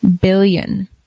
billion